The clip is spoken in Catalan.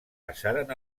passaren